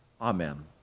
Amen